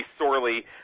sorely